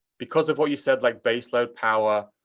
because of what you said, like, base load power,